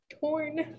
torn